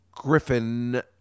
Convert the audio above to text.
griffin